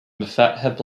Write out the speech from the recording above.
moffat